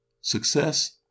Success